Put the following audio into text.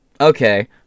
Okay